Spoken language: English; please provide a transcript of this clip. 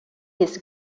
his